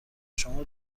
شما